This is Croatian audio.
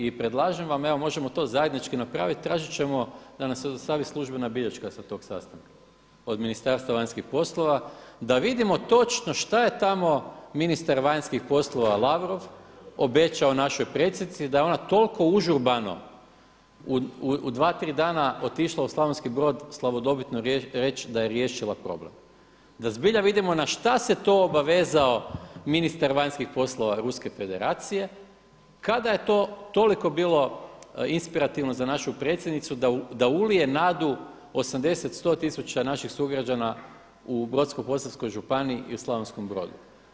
I predlažem vam, evo možemo to zajednički napraviti, tražit ćemo da nam se dostavi službena bilješka sa tog sastanka od Ministarstva vanjskih poslova da vidimo točno šta je tamo ministar vanjskih poslova Lavrov obećao našoj predsjednici da ona toliko užurbano u dva, tri dana otišla u Slavonski Brod slavodobitno reći da je riješila problem, da zbilja vidimo na šta se to obavezao ministar vanjskih poslova Ruske Federacije kada je to toliko bilo inspirativno za našu predsjednicu da ulije nadu 80, 100 tisuća naših sugrađana u Brodsko-posavskoj županiji i u Slavonskom Brodu.